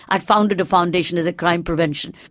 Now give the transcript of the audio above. i'd founded a foundation as a crime prevention.